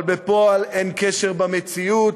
אבל בפועל אין קשר למציאות,